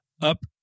up